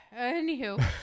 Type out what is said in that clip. anywho